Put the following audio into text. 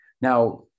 Now